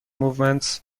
movements